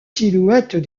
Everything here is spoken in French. silhouettes